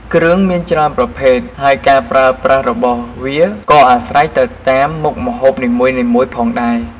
គ្រឿងមានច្រើនប្រភេទ ហើយការប្រើប្រាស់របស់វាក៏អាស្រ័យទៅតាមមុខម្ហូបនីមួយៗផងដែរ។